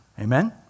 Amen